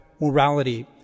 morality